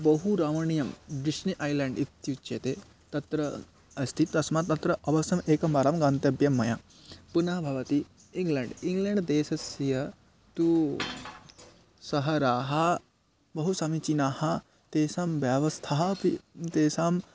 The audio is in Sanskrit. बहु रमणीयं डिश्नि ऐल्याण्ड् इत्युच्यते तत्र अस्ति तस्मात् तत्र अवश्यम् एकवारं गन्तव्यं मया पुनः भवति इङ्ग्ल्याण्ड् इङ्ग्ल्याण्ड् देशस्य तु सः राहा बहु समीचीनाः तेषां व्यवस्थाः अपि तेषाम्